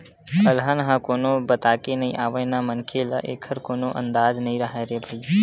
अलहन ह कोनो बताके नइ आवय न मनखे ल एखर कोनो अंदाजा नइ राहय रे भई